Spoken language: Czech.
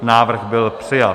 Návrh byl přijat.